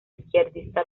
izquierdista